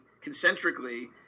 concentrically